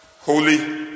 holy